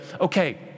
okay